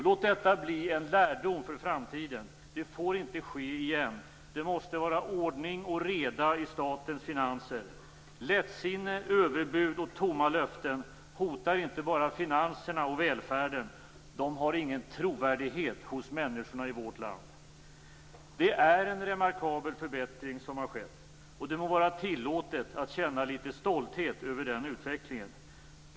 Låt detta bli en lärdom för framtiden. Det får inte ske igen. Det måste vara ordning och reda i statens finanser. Lättsinne, överbud och tomma löften hotar inte bara finanserna och välfärden. De har ingen trovärdighet hos människorna i vårt land. Det är en remarkabel förbättring som har skett. Det må vara tillåtet att känna litet stolthet över den utvecklingen.